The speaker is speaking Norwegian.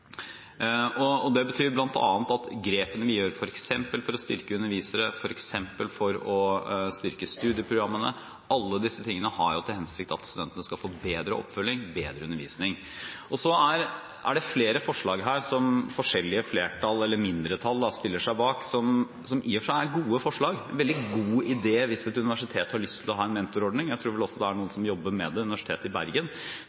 undervisningskvalitet etc. Det betyr bl.a. at alle grepene vi gjør, f.eks. for å styrke undervisere, for å styrke studieprogrammene, har til hensikt at studentene skal få bedre oppfølging og bedre undervisning. Det er flere forslag her som forskjellige mindretall stiller seg bak, som i og for seg er gode forslag. Det er en veldig god idé hvis et universitet har lyst til å ha en mentorordning. Jeg tror også det er noen